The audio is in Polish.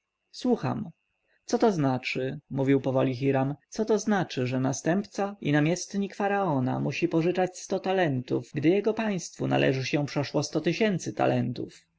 słucham co to znaczy mówił powoli hiram co to znaczy że następca i namiestnik faraona musi pożyczać sto talentów gdy jego państwu należy się przeszło sto tysięcy talentów